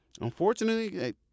Unfortunately